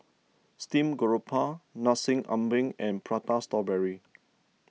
Steamed Garoupa Nasi Ambeng and Prata Strawberry